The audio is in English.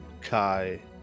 Kai